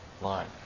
line